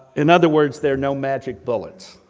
in other words, there are no magic bullets.